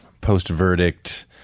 Post-verdict